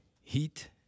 Heat